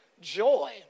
joy